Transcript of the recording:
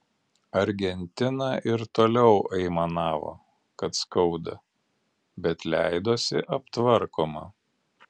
argentina ir toliau aimanavo kad skauda bet leidosi aptvarkoma